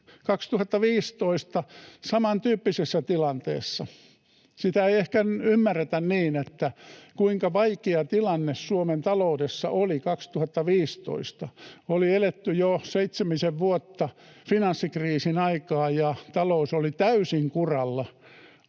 2015 samantyyppisessä tilanteessa. Sitä ei ehkä niin ymmärretä, kuinka vaikea tilanne Suomen taloudessa oli 2015. Oli eletty jo seitsemisen vuotta finanssikriisin aikaa, ja talous oli täysin kuralla.